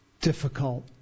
difficult